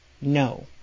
no